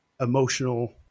emotional